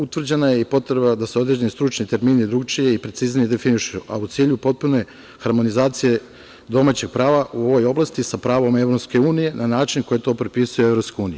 Utvrđena je i potreba da se određeni stručni termini drugačije i preciznije definišu, a u cilju potpune harmonizacije domaćih prava u ovoj oblasti, sa pravom EU na način koji to propisuje EU.